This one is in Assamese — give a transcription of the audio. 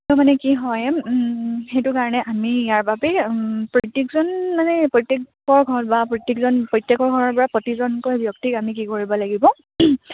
ত' মানে কি হয় সেইটো কাৰণে আমি ইয়াৰ বাবেই প্ৰত্যেকজন মানে প্ৰত্যেকৰ ঘৰত বা প্ৰত্যেকজন প্ৰত্যেকৰ ঘৰৰ পৰা প্ৰতিজনকৈ ব্যক্তিক আমি কি কৰিব লাগিব